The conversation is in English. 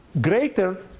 greater